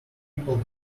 people